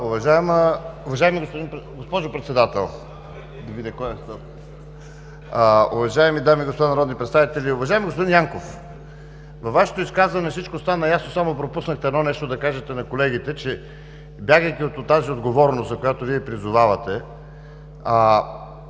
Уважаема госпожо Председател, уважаеми дами и господа народни представители! Уважаеми господин Янков, във Вашето изказване всичко стана ясно, само пропуснахте да кажете едно нещо на колегите – че бягайки от тази отговорност, за която призовавате,